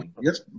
Yes